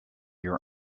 your